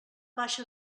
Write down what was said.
baixa